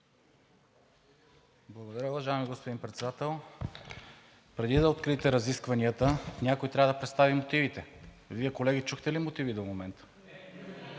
уважаеми господин Председател. Преди да откриете разискванията, някой трябва да представи мотивите. Вие, колеги, чухте ли мотиви до момента?